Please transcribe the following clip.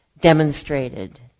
demonstrated